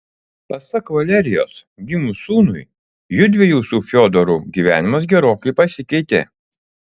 pasak valerijos gimus sūnui judviejų su fiodoru gyvenimas gerokai pasikeitė